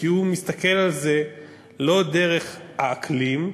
כי הוא מסתכל על זה לא דרך האקלים,